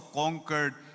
conquered